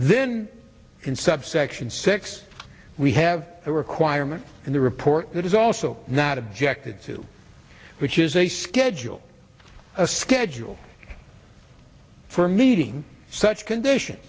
then in subsection six we have a requirement in the report that is also not objected to which is a schedule a schedule for meeting such condition